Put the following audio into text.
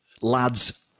Lads